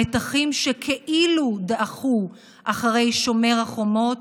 המתחים, שכאילו דעכו אחרי שומר החומות,